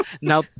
now